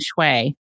Shui